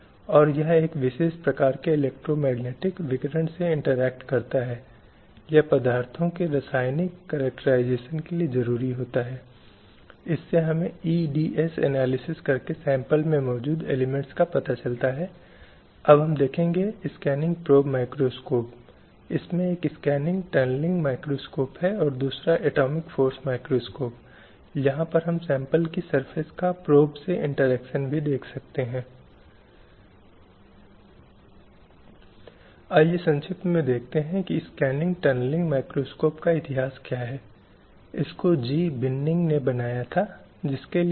और विशेष रूप से यह बताया जाए कि यह ऐसा कुछ है जो स्वाभाविक रूप से है और उन्हें होना चाहिए यह सुनिश्चित किया जाना चाहिए और उनकी गारंटी दी जानी चाहिए और कोई भी उस संबंध में कोई फर्क नहीं कर सकता है इसलिए 1953 का सम्मेलन विशेष रूप से मानता है कि आप वोट कर सकते हैं आप चुनावों में वोट कर सकते हैं चुनाव लड़ सकते हैं आप सार्वजनिक कार्यालयों में पदासीन हो सकते हैं जो कि स्वाभाविक हैं सभी ऐसा करने के हकदार हो सकते हैं